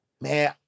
Man